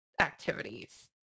activities